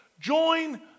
join